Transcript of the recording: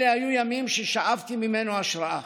אלה היו ימים ששאבתי ממנו השראה.